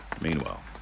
Meanwhile